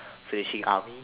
finishing army